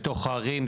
לתוך הערים.